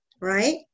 Right